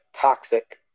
toxic